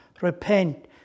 Repent